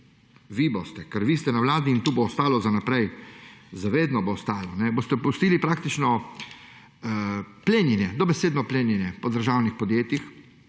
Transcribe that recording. vi boste, ker vi ste na Vladi in to bo ostalo za naprej, za vedno bo ostalo. Dopustili boste praktično plenjenje, dobesedno plenjenje po državnih podjetjih,